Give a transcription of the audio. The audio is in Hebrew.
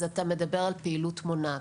אתה מדבר על פעילות מונעת.